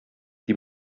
die